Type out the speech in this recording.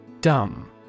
Dumb